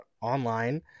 online